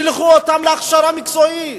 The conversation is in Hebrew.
שִלחו אותם להכשרה מקצועית,